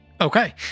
okay